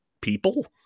people